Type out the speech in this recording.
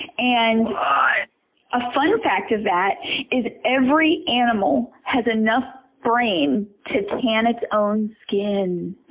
and ah a fun fact of that is every animal has enough brain to tan its own skin.